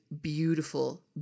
beautiful